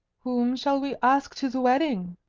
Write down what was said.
whom shall we ask to the wedding?